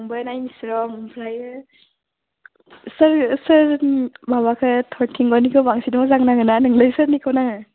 आंबो नायनोसै र' ओमफ्रायो सोर सोर माबाखो थरथिंग'निखौ बांसिन मोजां नाङोना नोंलाइ सोरनिखौ नाङो